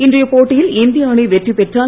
இன்றைய போட்டியில் இந்திய அணி வெற்றி பெற்றால்